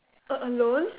a~ alone